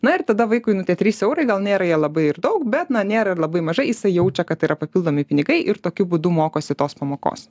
na ir tada vaikui nu tie trys eurai gal nėra jie labai ir daug bet na nėra ir labai mažai jisai jaučia kad tai yra papildomi pinigai ir tokiu būdu mokosi tos pamokos